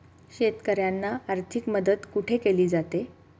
शेतकऱ्यांना आर्थिक मदत कुठे केली जाते?